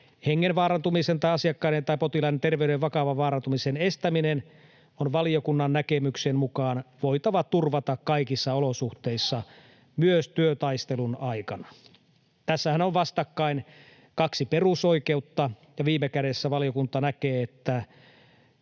hengen vaarantumisen tai asiakkaiden tai potilaiden terveyden vakavan vaarantumisen estäminen on valiokunnan näkemyksen mukaan voitava turvata kaikissa olosuhteissa, myös työtaistelun aikana. Tässähän on vastakkain kaksi perusoikeutta, ja viime kädessä valiokunta näkee, että